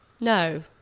No